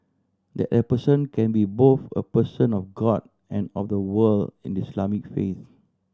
that a person can be both a person of God and of the world in Islamic faith